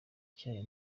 nshya